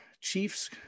Chiefs